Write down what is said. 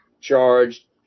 charged